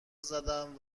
زدند